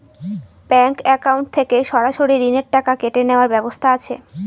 Bank account থেকে সরাসরি ঋণের টাকা কেটে নেওয়ার ব্যবস্থা আছে?